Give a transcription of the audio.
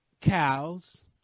cows